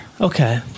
Okay